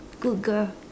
good girl